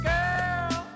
Girl